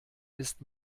ist